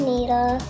Needle